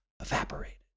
evaporated